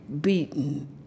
beaten